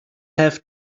have